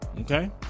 okay